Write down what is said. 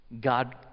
God